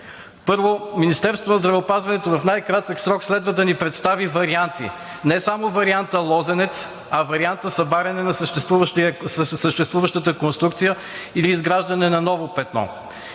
Първо Министерството на здравеопазването в най-кратък срок следва да ни представи варианти – не само варианта „Лозенец“, а варианта събаряне на съществуващата конструкция или изграждане на ново петно.